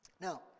Now